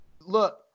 Look